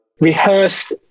rehearsed